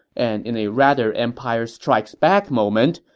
and in a rather empire strikes back moment,